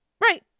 Right